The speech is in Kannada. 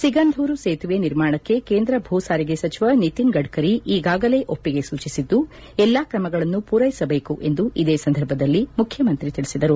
ಸಿಗಂಧೂರು ಸೇತುವೆ ನಿರ್ಮಾಣಕ್ಕೆ ಕೇಂದ್ರ ಭೂಸಾರಿಗೆ ಸಚಿವ ನಿತಿನ್ ಗಡ್ಡರಿ ಈಗಾಗಲೇ ಒಪ್ಪಿಗೆ ಸೂಚಿಸಿದ್ದು ಎಲ್ಲಾ ಕ್ರಮಗಳನ್ನು ಪೂರೈಸಬೇಕು ಎಂದು ಇದೇ ಸಂದರ್ಭದಲ್ಲಿ ಮುಖ್ಯಮಂತ್ರಿ ಸೂಚಿಸಿದರು